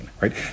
right